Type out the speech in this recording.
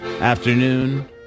afternoon